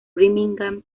birmingham